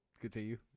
Continue